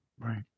Right